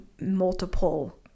multiple